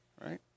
right